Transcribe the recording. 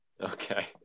Okay